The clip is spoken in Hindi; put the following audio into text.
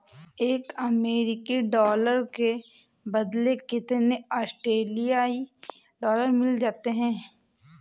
एक अमेरिकी डॉलर के बदले कितने ऑस्ट्रेलियाई डॉलर मिल सकते हैं?